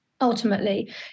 Ultimately